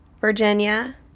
Virginia